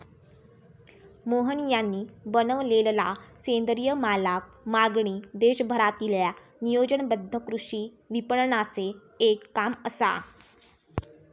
मोहन यांनी बनवलेलला सेंद्रिय मालाक मागणी देशभरातील्या नियोजनबद्ध कृषी विपणनाचे एक काम असा